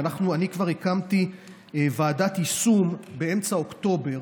ואני כבר הקמתי ועדת יישום באמצע אוקטובר